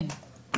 זה --- כן,